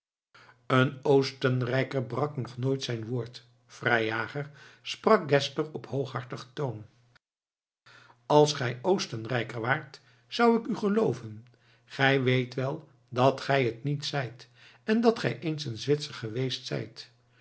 een oostenrijker brak nog nooit zijn woord vrijjager sprak geszler op hooghartigen toon als gij oostenrijker waart zou ik u gelooven gij weet wel dat gij het niet zijt en dat gij eens een zwitser geweest zijt